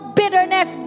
bitterness